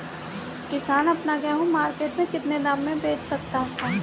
किसान अपना गेहूँ मार्केट में कितने दाम में बेच सकता है?